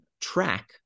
track